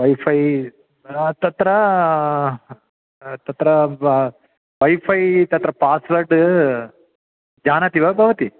wifi तत्र तत्र wifi तत्र पास्वर्ड् जानाति वा भवती